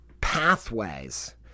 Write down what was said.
pathways